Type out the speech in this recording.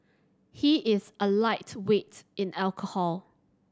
he is a lightweight in alcohol